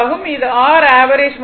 இது r average மதிப்பு